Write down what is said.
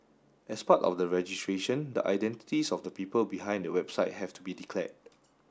as part of the registration the identities of the people behind the website have to be declared